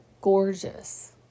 gorgeous